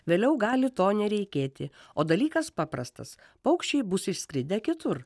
vėliau gali to nereikėti o dalykas paprastas paukščiai bus išskridę kitur